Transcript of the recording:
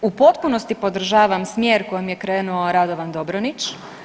U potpunosti podržavam smjer kojim je krenuo Radovan Dobronić.